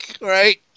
right